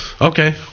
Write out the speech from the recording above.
Okay